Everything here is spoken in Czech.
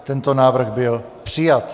Tento návrh byl přijat.